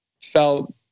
felt